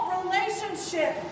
relationship